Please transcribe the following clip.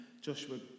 Joshua